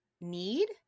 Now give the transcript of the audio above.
need